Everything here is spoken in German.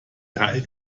teil